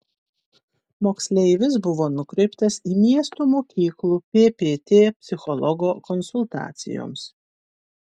moksleivis buvo nukreiptas į miesto mokyklų ppt psichologo konsultacijoms